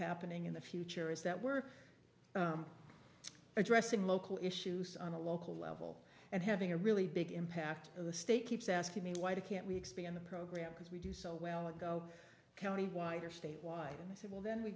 happening in the future is that we're addressing local issues on a local level and having a really big impact on the state keeps asking me why can't we expand the program because we do so well that go county wide or state wide and i said well then we